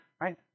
Right